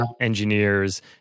engineers